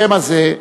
השם הזה,